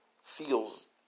seals